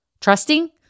Trusting